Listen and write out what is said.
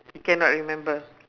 he cannot remember